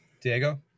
Diego